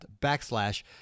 backslash